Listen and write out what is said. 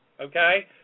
okay